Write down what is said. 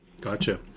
Gotcha